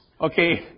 Okay